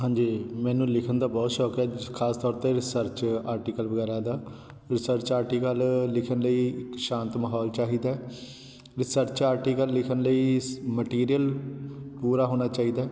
ਹਾਂਜੀ ਮੈਨੂੰ ਲਿਖਣ ਦਾ ਬਹੁਤ ਸ਼ੌਕ ਹੈ ਖ਼ਾਸ ਤੌਰ 'ਤੇ ਰਿਸਰਚ ਆਰਟੀਕਲ ਵਗੈਰਾ ਦਾ ਰਿਸਰਚ ਆਰਟੀਕਲ ਲਿਖਣ ਲਈ ਸ਼ਾਂਤ ਮਾਹੌਲ ਚਾਹੀਦਾ ਰਿਸਰਚ ਆਰਟੀਕਲ ਲਿਖਣ ਲਈ ਮਟੀਰੀਅਲ ਪੂਰਾ ਹੋਣਾ ਚਾਹੀਦਾ